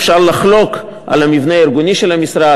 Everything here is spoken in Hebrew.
אפשר לחלוק על המבנה הארגוני של המשרד,